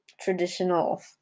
traditional